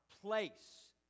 place